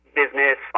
business